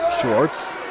Schwartz